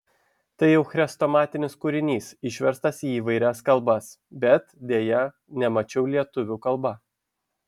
tai jau chrestomatinis kūrinys išverstas į įvairias kalbas bet deja nemačiau lietuvių kalba